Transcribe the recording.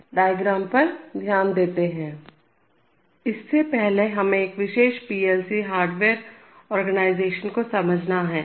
पहला यह है कि फिजिकल सिग्नल इनमें से किसी बफ़र्स द्वारा परिवर्तित होते रहते हैं और यह ये बफ़र हो सकते हैं इससे पहले हमें एक विशेष पीएलसी हार्डवेयर ऑर्गेनाइजेशन को समझना है